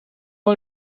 all